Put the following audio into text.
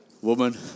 woman